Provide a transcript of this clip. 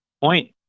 point